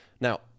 Now